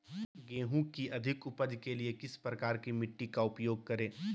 गेंहू की अधिक उपज के लिए किस प्रकार की मिट्टी का उपयोग करे?